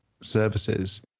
services